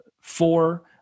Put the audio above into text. four